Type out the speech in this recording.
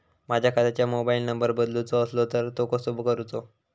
माझ्या खात्याचो mobile number बदलुचो असलो तर तो कसो करूचो?